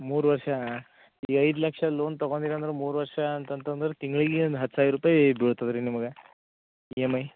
ಮೂರು ವರ್ಷ ಈ ಐದು ಲಕ್ಷ ಲೋನ್ ತಗೊಂದಿರ ಅಂದ್ರ ಮೂರು ವರ್ಷ ಅಂತ ಅಂತಂದ್ರ ತಿಂಗ್ಳಿಗೆ ಒಂದು ಹತ್ತು ಸಾವಿರ ರೂಪಾಯಿ ಬೀಳ್ತದ ರೀ ನಿಮ್ಗೆ ಇ ಎಮ್ ಐ